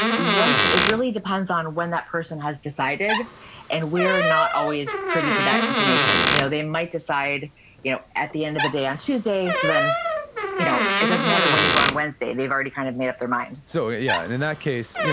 it really depends on when that person has decided and we're not always privy to that information. you know they might decide you know at the end of the day on tuesday, so then you know it doesn't matter when you go on wednesday. they've already kind of made up their mind so yeah. and in that case, yeah